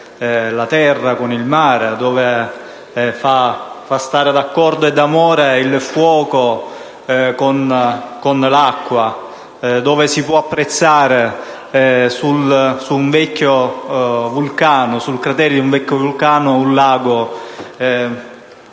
la terra con il mare, dove fa andare d'accordo e d'amore il fuoco con l'acqua, dove si può apprezzare un lago sul cratere di un vecchio vulcano. È